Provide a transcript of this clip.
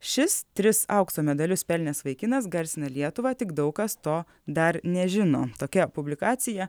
šis tris aukso medalius pelnęs vaikinas garsina lietuvą tik daug kas to dar nežino tokia publikacija